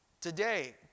today